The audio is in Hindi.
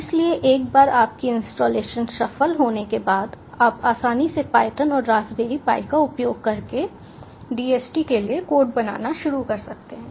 इसलिए एक बार आपकी इंस्टॉलेशन सफल होने के बाद आप आसानी से पायथन और रास्पबेरी पाई का उपयोग करके DHT के लिए कोड बनाना शुरू कर सकते हैं